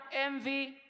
envy